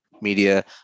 media